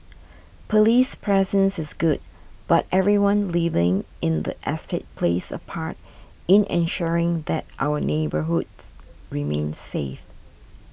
police presence is good but everyone living in the estate plays a part in ensuring that our neighbourhoods remain safe